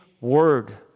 word